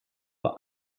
war